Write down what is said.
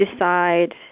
decide